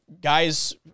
guys